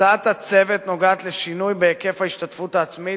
הצעת הצוות נוגעת לשינוי בהיקף ההשתתפות העצמית,